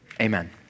Amen